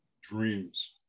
Dreams